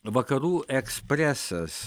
vakarų ekspresas